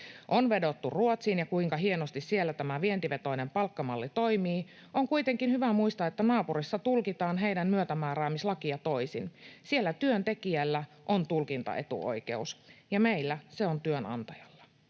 On vedottu Ruotsiin ja siihen, kuinka hienosti siellä tämä vientivetoinen palkkamalli toimii. On kuitenkin hyvä muistaa, että naapurissa tulkitaan heidän myötämääräämislakiaan toisin. Siellä työntekijällä on tulkintaetuoikeus, ja meillä se on työnantajalla,